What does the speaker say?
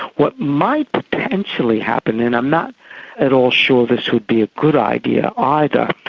what might potentially happen, and i'm not at all sure this would be a good idea either,